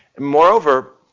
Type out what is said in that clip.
moreover,